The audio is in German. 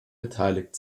beteiligt